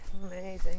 amazing